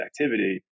activity